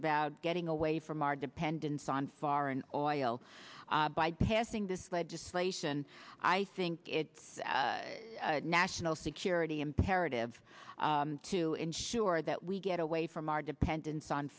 about getting away from our dependence on foreign oil by passing this legislation i think its national security imperative to ensure that we get away from our dependence on